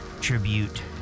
tribute